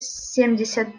семьдесят